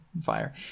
fire